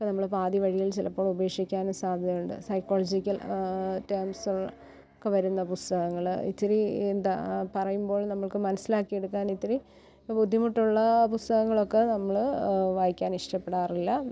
അപ്പോള് നമ്മള് പാതിവഴിയിൽ ചിലപ്പോൾ ഉപേക്ഷിക്കാനും സാധ്യതയുണ്ട് സൈക്കോളജിക്കൽ ടേംസ് ഒക്കെ വരുന്ന പുസ്തകങ്ങള് ഇച്ചിരി എന്താ പറയുമ്പോൾ നമുക്ക് മനസ്സിലാക്കിയെടുക്കാൻ ഇത്തിരി ബുദ്ധിമുട്ടുള്ള പുസ്തകങ്ങളൊക്കെ നമ്മള് വായിക്കാൻ ഇഷ്ടപ്പെടാറില്ല